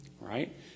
right